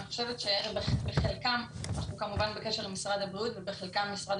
אנחנו כמובן בקשר עם משרד הבריאות ואני חושבת שבחלקם משרד